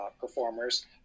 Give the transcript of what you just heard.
Performers